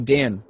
Dan